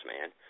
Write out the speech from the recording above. man